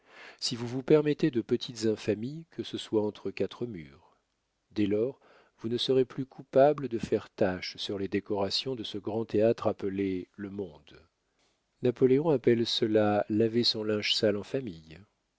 si vous vous permettez de petites infamies que ce soit entre quatre murs dès lors vous ne serez plus coupable de faire tache sur les décorations de ce grand théâtre appelé le monde napoléon appelle cela laver son linge sale en famille